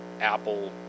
apple